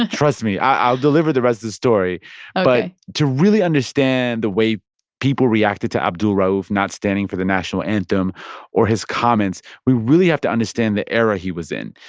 ah trust me. i'll deliver the rest of the story ok but to really understand the way people reacted to abdul-rauf not standing for the national anthem or his comments, we really have to understand the era he was in,